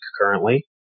currently